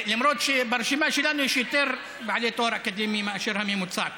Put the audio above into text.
למרות שברשימה שלנו יש יותר בעלי תואר אקדמי מאשר הממוצע כאן.